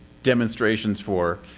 demonstrations for.